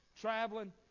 traveling